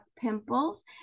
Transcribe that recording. pimples